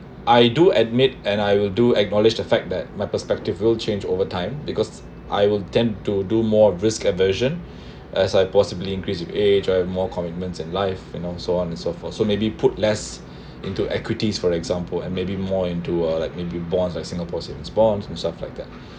I do admit and I will do acknowledge the fact that my perspective goal change over time because I will tend to do more risk aversion as I possibly increase with age I have more commitments in life you know so on and so forth so maybe put less into equities for example and maybe more into uh like maybe bonds like singapore savings bonds and stuff like that